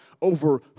over